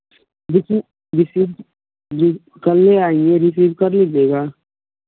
receive receive जी कल ही आएँगे रीसिव कर लीजिएगा